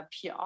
PR